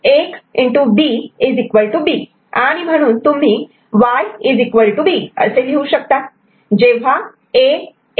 आणि म्हणून Y B तुम्ही असे लिहू शकतात जेव्हा A 1 Y B